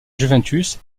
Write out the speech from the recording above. juventus